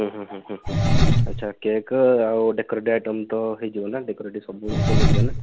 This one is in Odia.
ହୁଁ ହୁଁ ହୁଁ ହୁଁ ହୁଁ ଆଚ୍ଛା କେକ୍ ଆଉ ଡେକୋରେଟିଭ୍ ଆଇଟମ୍ ତ ହେଇଯିବ ନା ଡେକୋରେଟିଭ୍ ସବୁ ଜିନିଷ ମିଳିଯିବ ନା